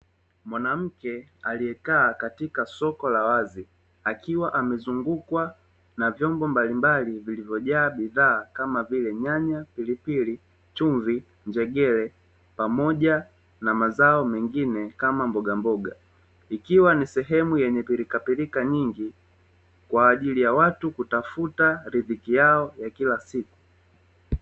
Mwanamke aliyekaa katika soko la wazi akiwa amezungukwa na vyombo mbalimbali vilivyojaa bidhaa kama vile nyanya, pilipili, chumvi, njegere pamoja na mazao mengine kama mbogamboga. Ikiwa ni sehemu yenye pilikapilika nyingi kwa ajili ya watu kutafuta riziki yao ya kila siku.